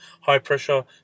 high-pressure